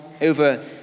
over